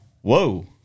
whoa